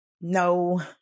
no